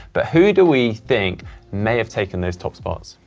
but who do we think may have taken those top spots?